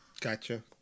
Gotcha